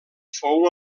fou